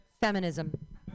feminism